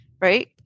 right